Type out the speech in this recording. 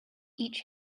each